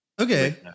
Okay